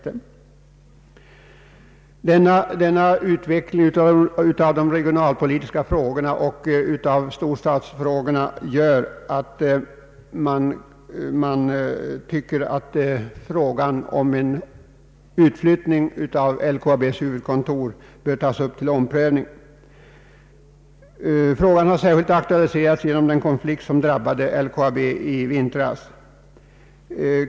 Denna utveckling av de regionalpolitiska frågorna och storstadsproblemen gör att frågan om en utflyttning av LKAB:s huvudkontor bör tas upp till omprövning. Frågan har särskilt aktualiserats genom den konflikt som drabbade LKAB i vintras.